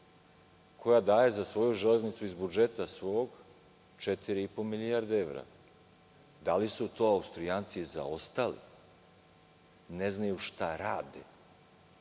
koja daje za svoju železnicu iz svog budžeta 4,5 milijarde evra. Da li su to Austrijanci zaostali, ne znaju šta rade